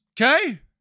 okay